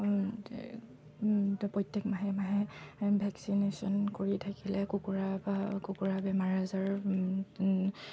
তেতিয়া প্ৰত্যেক মাহে মাহে ভেকচিনেশ্যন কৰি থাকিলে কুকুৰা বা কুকুৰা বেমাৰ আজাৰ